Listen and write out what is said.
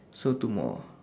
so two more